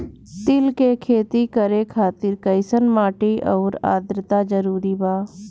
तिल के खेती करे खातिर कइसन माटी आउर आद्रता जरूरी बा?